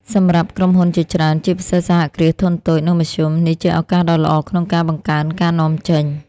សម្រាប់ក្រុមហ៊ុនជាច្រើន ជាពិសេសសហគ្រាសធុនតូច និងមធ្យម នេះជាឱកាសដ៏ល្អក្នុងការបង្កើនការនាំចេញ។